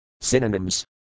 Synonyms